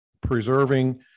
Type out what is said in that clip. preserving